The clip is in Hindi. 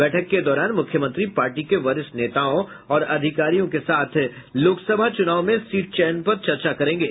बैठक के दौरान मुख्यमंत्री पार्टी के वरिष्ठ नेताओं और अधिकारियों के साथ लोकसभा चूनाव में सीट चयन पर चर्चा करेंगे